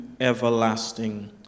everlasting